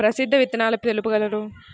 ప్రసిద్ధ విత్తనాలు తెలుపగలరు?